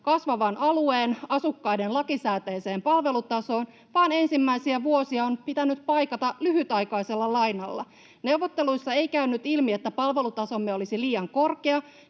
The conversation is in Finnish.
kasvavan alueen asukkaiden lakisääteiseen palvelutasoon, vaan ensimmäisiä vuosia on pitänyt paikata lyhytaikaisella lainalla. Neuvotteluissa ei käynyt ilmi, että palvelutasomme olisi liian korkea,